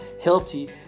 healthy